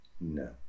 no